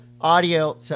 audio